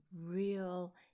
real